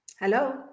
Hello